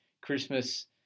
Christmas